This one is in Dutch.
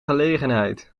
gelegenheid